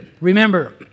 remember